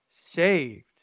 saved